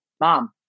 Mom